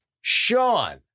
Sean